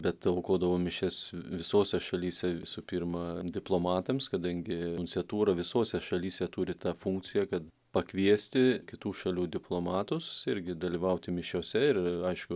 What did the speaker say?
bet aukodavau mišias visose šalyse visų pirma diplomatams kadangi nunciatūra visose šalyse turi tą funkciją kad pakviesti kitų šalių diplomatus irgi dalyvauti mišiose ir aišku